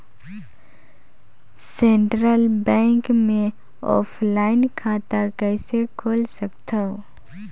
Central bank मे offline खाता कइसे खोल सकथव?